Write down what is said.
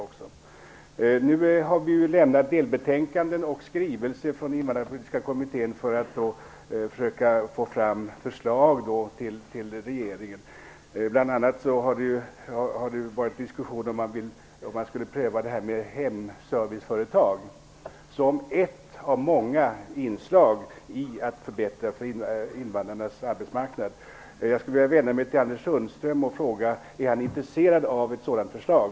I Invandrarpolitiska kommittén har vi avlämnat delbetänkanden och skrivelser för att försöka få fram förslag till regeringen. Bl.a. har det varit diskussioner om att pröva det här med hemserviceföretag som ett av många inslag när det gäller att förbättra invandrarnas arbetsmarknad.